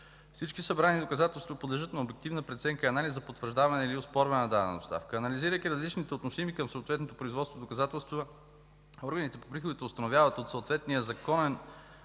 Всички събрани доказателства подлежат на обективна преценка и анализ за потвърждаване или оспорване на дадена доставка. Анализирайки различните, относими към съответното производство доказателства, органите по приходите установяват от съответния законен